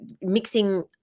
mixing